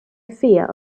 fear